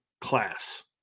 class